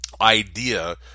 idea